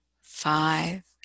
five